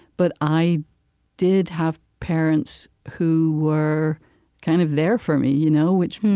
but i did have parents who were kind of there for me, you know which,